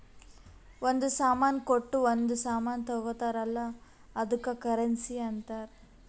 ಒಂದ್ ಸಾಮಾನ್ ಕೊಟ್ಟು ಒಂದ್ ಸಾಮಾನ್ ತಗೊತ್ತಾರ್ ಅಲ್ಲ ಅದ್ದುಕ್ ಕರೆನ್ಸಿ ಅಂತಾರ್